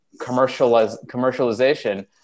commercialization